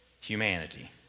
humanity